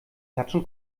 klatschen